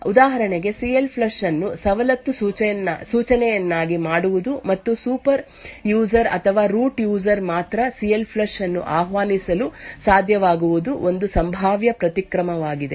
ಉದಾಹರಣೆಗೆ C L flush ಅನ್ನು ಸವಲತ್ತು ಸೂಚನೆಯನ್ನಾಗಿ ಮಾಡುವುದು ಮತ್ತು ಸೂಪರ್ ಯೂಸರ್ ಅಥವಾ ರೂಟ್ ಯೂಸರ್ ಮಾತ್ರ ಸಿ ಎಲ್ ಫ್ಲಶ್ ಅನ್ನು ಆಹ್ವಾನಿಸಲು ಸಾಧ್ಯವಾಗುವುದು ಒಂದು ಸಂಭಾವ್ಯ ಪ್ರತಿಕ್ರಮವಾಗಿದೆ